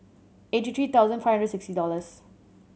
eighty three thousand five hundred sixty dollars